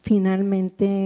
Finalmente